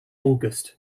august